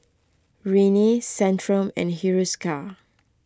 Rene Centrum and Hiruscar